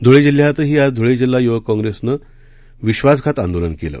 धुळे जिल्ह्यातही आज धुळे जिल्हा युवक काँग्रेसनं विश्वासघात आंदोलन केलं